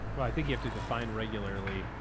well, i think you have to define regularly.